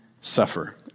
suffer